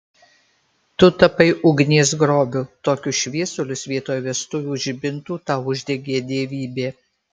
tu tapai ugnies grobiu tokius šviesulius vietoj vestuvių žibintų tau uždegė dievybė